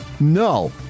No